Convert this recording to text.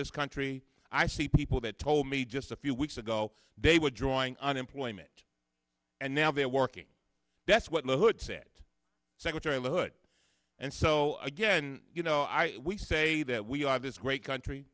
this country i see people that told me just a few weeks ago they were drawing unemployment and now they're working that's what looks it secretary la hood and so again you know i we say that we are this great country